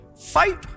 Fight